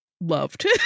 loved